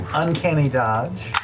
uncanny dodge.